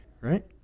right